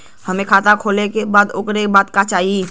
हमके खाता खोले के बा ओकरे बादे का चाही?